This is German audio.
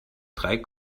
drei